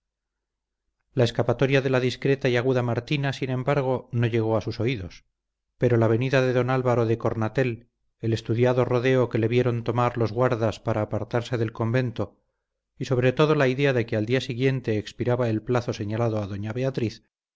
la escapatoria de la discreta y aguda martina sin embargo no llegó a sus oídos pero la venida de don álvaro de cornatel el estudiado rodeo que le vieron tomar los guardas para apartarse del convento y sobre todo la idea de que al siguiente día expiraba el plazo señalado a doña beatriz